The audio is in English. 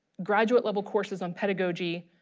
graduate level courses on pedagogy,